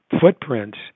footprints